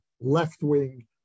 left-wing